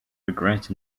regret